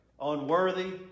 unworthy